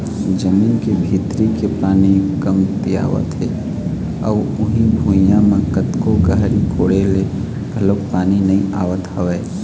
जमीन के भीतरी के पानी कमतियावत हे अउ उही भुइयां म कतको गहरी कोड़े ले घलोक पानी नइ आवत हवय